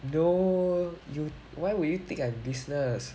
no you why would you think I'm business